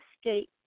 escape